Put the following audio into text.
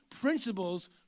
principles